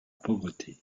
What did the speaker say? pauvreté